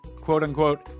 quote-unquote